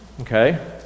Okay